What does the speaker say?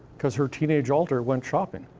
because her teenage alter went shopping.